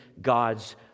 God's